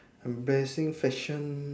embarrassing fashion